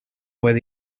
where